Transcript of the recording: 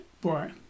Boy